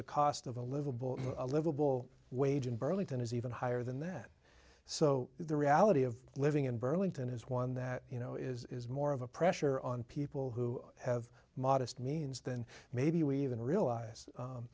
the cost of a livable a livable wage in burlington is even higher than that so the reality of living in burlington is one that you know is more of a pressure on people who have modest means than maybe you even realize